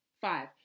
five